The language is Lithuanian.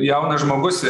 jaunas žmogus